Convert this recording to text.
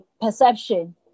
perception